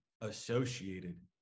associated